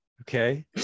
okay